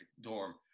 dorm